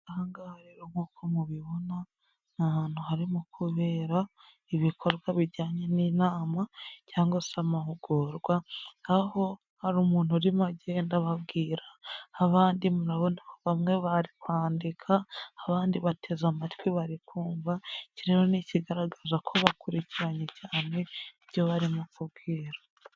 Aha ngaha rero nk'uko mubibona ni hantu harimo kubera ibikorwa bijyanye n'inama cyangwa se amahugurwa, aho hari umuntu urimo agenda ababwira, abandi murabona bamwe bari kwandika, abandi bateze amatwi bari kumva, iki rero ni ikigaragaza ko bakurikiranye cyane ibyo barimo kubwirwa.